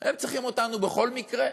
הם צריכים אותנו בכל מקרה?